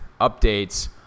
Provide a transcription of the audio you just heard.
updates